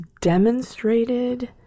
demonstrated